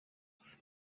ufite